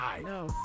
No